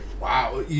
Wow